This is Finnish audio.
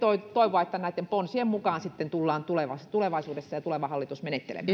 toivoa että näitten ponsien mukaan sitten tullaan tulevaisuudessa ja tuleva hallitus tulee menettelemään